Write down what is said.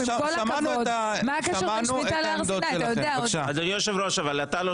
עם כל הכבוד, מה הקשר בין שמיטה להר סיני?